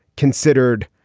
considered,